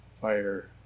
fire